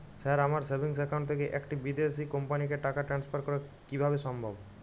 Sir আমার savings account থেকে একটি বিদেশি কোম্পানিকে টাকা ট্রান্সফার করা কীভাবে সম্ভব?